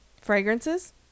fragrances